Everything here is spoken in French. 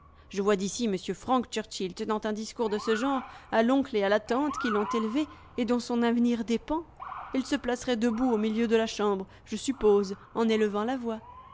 je vois d'ici m frank churchill tenant un discours de ce genre à l'oncle et à la tante qui l'ont élevé et dont son avenir dépend il se placerait debout au milieu de la chambre je suppose en élevant la voix